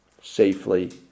safely